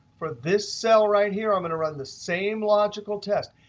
for this cell right here i'm going to run the same logical test.